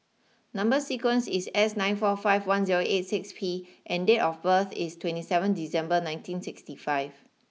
number sequence is S nine four five one zero eight six P and date of birth is twenty seven December nineteen sixty five